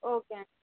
okay అండి